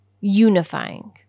unifying